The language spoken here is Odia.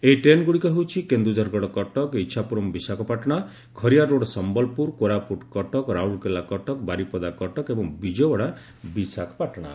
ଏହି ଟ୍ରେନ୍ଗୁଡ଼ିକ ହେଉଛି କେନ୍ଦୁଝରଗଡ କଟକ ଇଛାପୁରମ ବିଶାଖାପାଟଣା ଖରିଆର ରୋଡ଼ ସମ୍ୟଲପୁର କୋରାପୁଟ କଟକ ରାଉରକେଲା କଟକ ବାରିପଦା କଟକ ଏବଂ ବିଜୟଓ୍ୱାଡା ବିଶାଖାପାଟଣା